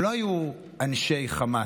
הם לא היו אנשי חמאס,